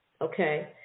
okay